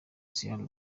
sierra